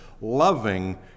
loving